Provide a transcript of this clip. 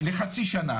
לחצי שנה.